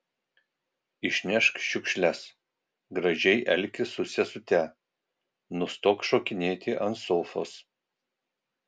išnešk šiukšles gražiai elkis su sesute nustok šokinėti ant sofos